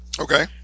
Okay